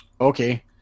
Okay